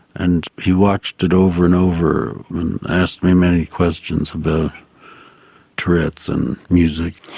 and he watched it over and over and asked me many questions about tourette's and music.